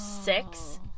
six